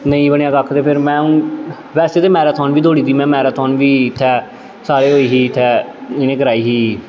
नेईं बनेआ कक्ख ते फिर में हून वैसे ते मैराथान बी दौड़ी दी में मैराथान बी इत्थै साढ़े होई ही इत्थै इ'नें कराई ही